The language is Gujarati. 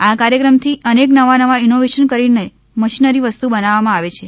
આ કાર્યક્રમથી અનેક નવા નવા ઇનોવેશન કરીને મશીનરી વસ્તુ બનાવવામાં આવે છે